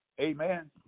Amen